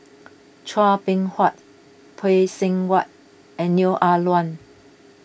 Chua Beng Huat Phay Seng Whatt and Neo Ah Luan